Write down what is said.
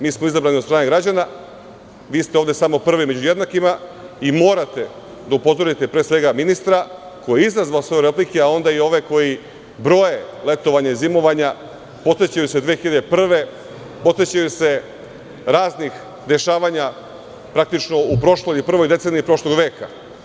Mi smo izabrani od strane građana, vi ste ovde samo prvi među jednakima i morate da upozorite, pre svega, ministra koji je izazvao sve ove replike, a onda i ove koji broje letovanja i zimovanja, podsećaju se 2001. godine, podsećaju se raznih dešavanja praktično u prvoj deceniji prošlog veka.